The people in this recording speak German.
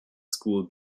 school